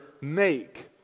make